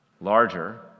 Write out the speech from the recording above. larger